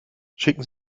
schicken